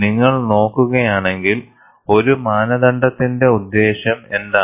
നിങ്ങൾ നോക്കുകയാണെങ്കിൽ ഒരു മാനദണ്ഡത്തിന്റെ ഉദ്ദേശ്യം എന്താണ്